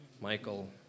Michael